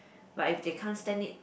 but if they can't stand it